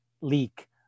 leak